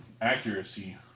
accuracy